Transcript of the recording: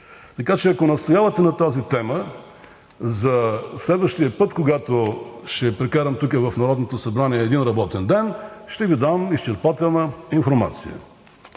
обясних. Ако настоявате на тази тема, за следващия път, когато ще прекарам тук в Народното събрание един работен ден, ще Ви дам изчерпателна информация.